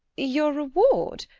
your reward?